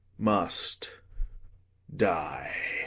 must die.